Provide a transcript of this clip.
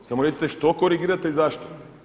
Samo recite što korigirate i zašto?